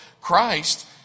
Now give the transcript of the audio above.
Christ